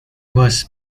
was